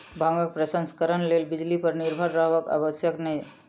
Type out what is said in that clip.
भांगक प्रसंस्करणक लेल बिजली पर निर्भर रहब आवश्यक नै